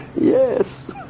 yes